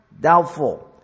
doubtful